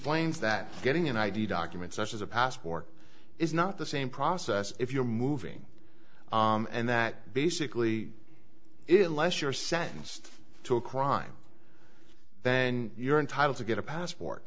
explains that getting an id document such as a passport is not the same process if you're moving and that basically is unless you're sentenced to a crime then you're entitled to get a passport